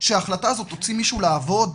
שההחלטה הזאת תוציא מישהו לעבוד?